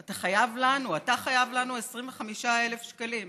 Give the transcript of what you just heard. אתה חייב לנו 25,000 שקלים,